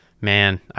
man